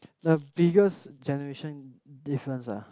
the biggest generation difference ah